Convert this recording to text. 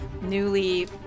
newly